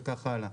וכך הלאה.